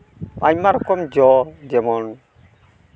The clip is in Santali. ᱟᱭᱢᱟ ᱨᱚᱠᱚᱢ ᱡᱚ ᱡᱮᱢᱚᱱ